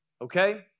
Okay